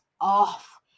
off